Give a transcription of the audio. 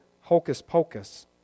hocus-pocus